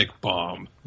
bomb